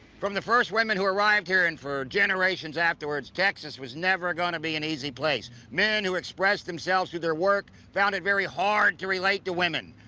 from the first women who arrived here and for generations afterwards, texas was never going to be an easy place. men who expressed themselves with their work found it very hard to relate to women.